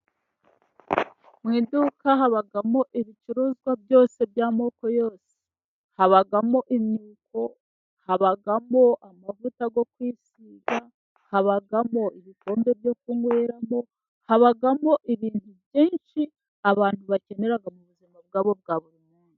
Mu iduka habamo ibicuruzwa byose by'amoko yose. Habamo imyuko, habamo amavuta yo kwisiga, habagamo ibikombe byo kunyweramo, habagamo ibintu byinshi abantu bakenera mu buzima bwabo bwa buri munsi.